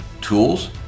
tools